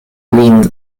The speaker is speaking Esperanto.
lin